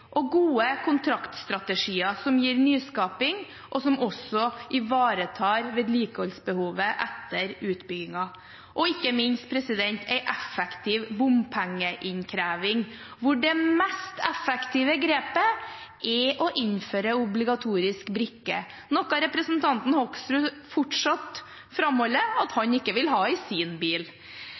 ha gode kontraktstrategier som gir nyskaping, og som også ivaretar vedlikeholdsbehovet etter utbyggingen, og ikke minst en effektiv bompengeinnkreving, hvor det mest effektive grepet er å innføre obligatorisk brikke, noe representanten Hoksrud fortsatt framholder at han ikke vil ha i sin bil.